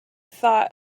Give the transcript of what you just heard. thought